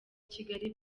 kigali